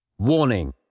Warning